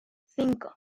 cinco